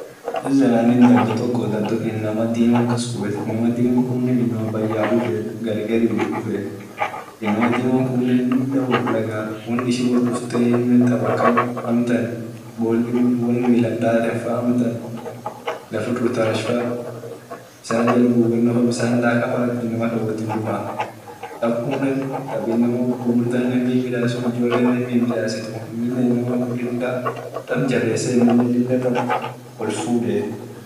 Switzerrland dado toko dado inama dima kas qubetu inama kunne inama bayya dufee inama gari wot dufee inama dima kunne lila woldagaa ishin wot dufte tab ak boli milan dateen faa lafir utalch faa bisan jal gugeno faa bisan daka faa sut inama kan wotin dufaa tab kunne nam gugurda midasitu ijole midasitu inamu kun lila tab jabese amine olfudee.